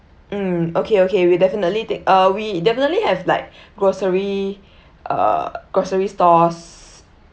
mm okay okay we'll definitely take uh we definitely have like grocery uh grocery stores